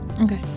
Okay